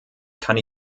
kann